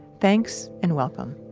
thanks and welcome